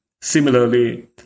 similarly